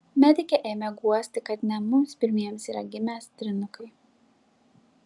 medikė ėmė guosti kad ne mums pirmiems yra gimę trynukai